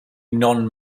non